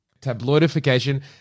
Tabloidification